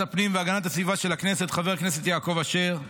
הפנים והגנת הסביבה של הכנסת חבר הכנסת יעקב אשר,